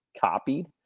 copied